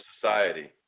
society